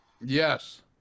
Yes